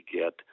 get –